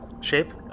shape